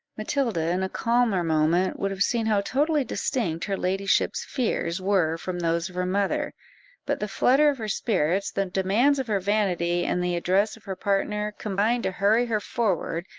matilda, in a calmer moment, would have seen how totally distinct her ladyship's fears were from those of her mother but the flutter of her spirits, the demands of her vanity, and the address of her partner, combined to hurry her forward,